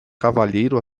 cavalheiro